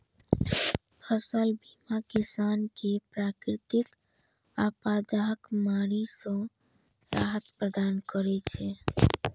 फसल बीमा किसान कें प्राकृतिक आपादाक मारि सं राहत प्रदान करै छै